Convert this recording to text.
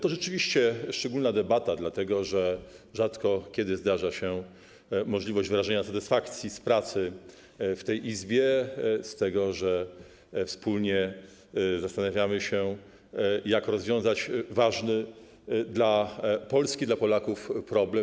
To rzeczywiście szczególna debata, dlatego że rzadko kiedy zdarza się możliwość wyrażenia satysfakcji z pracy w tej Izbie, z tego, że wspólnie zastanawiamy się, jak rozwiązać ważny dla Polski i dla Polaków problem.